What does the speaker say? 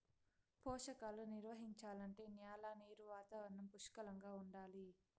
పోషకాలు నిర్వహించాలంటే న్యాల నీరు వాతావరణం పుష్కలంగా ఉండాలి